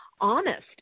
honest